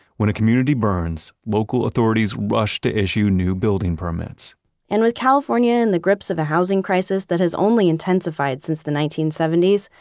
when a community burns, local authorities rush to issue new building permits and with california in the grips of a housing crisis that has only intensified since the nineteen seventy s,